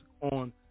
on